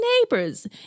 neighbors